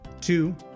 two